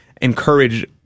encourage